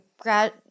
grad